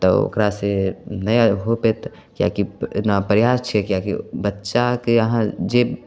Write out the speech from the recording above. तऽ ओकरासँ नहि हो पयतै किएकि ओहिमे प्रयास छै किएकि बच्चाकेँ अहाँ जे